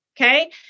Okay